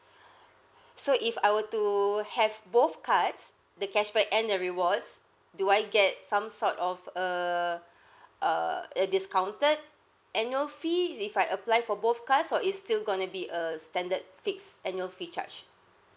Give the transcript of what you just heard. so if I were to have both cards the cashback and the rewards do I get some sort of a a a discounted annual fees if I apply for both cards or it's still going to be a standard fixed annual fee charge